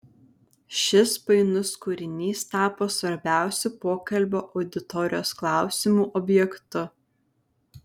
šis painus kūrinys tapo svarbiausiu pokalbio auditorijos klausimų objektu